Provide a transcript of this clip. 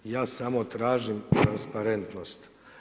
Ja samo tražim transparentnost.